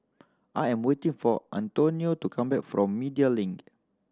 I am waiting for Antonio to come back from Media Link